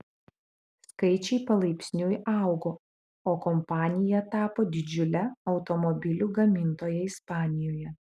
skaičiai palaipsniui augo o kompanija tapo didžiule automobilių gamintoja ispanijoje